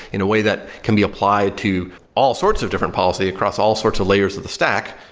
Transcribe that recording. in a way that can be applied to all sorts of different policy across all sorts of layers of the stack?